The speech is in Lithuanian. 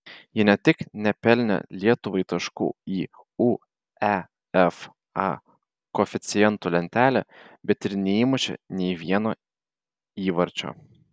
jie ne tik nepelnė lietuvai taškų į uefa koeficientų lentelę bet ir neįmušė nė vieno įvarčio